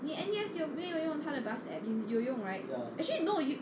你 N_U_S 有没有用它的 bus app~ 有用 right actually no you